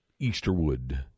Easterwood